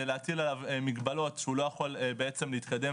להטיל עליו מגבלות שהוא לא יכול בעצם להתקדם